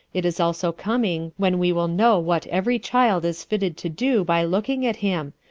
it is also coming when we will know what every child is fitted to do by looking at him,